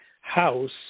house